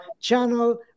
channel